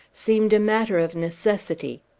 seemed a matter of necessity.